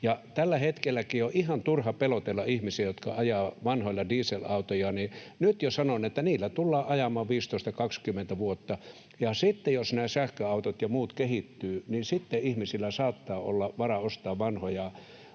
Tälläkin hetkellä on ihan turha pelotella ihmisiä, jotka ajavat vanhoilla dieselautoilla. Nyt jo sanon, että niillä tullaan ajamaan 15—20 vuotta, ja sitten, jos nämä sähköautot ja muut kehittyvät, ihmisillä saattaa olla varaa ostaa vanhoja